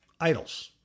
idols